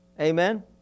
Amen